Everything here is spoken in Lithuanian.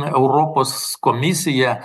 europos komisija